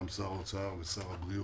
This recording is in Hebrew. שר האוצר ושר הבריאות,